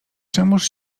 czemuż